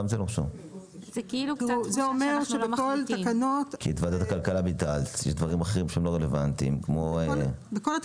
זה אומר שבכל התקנת תקנות יכול להיות